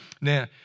Now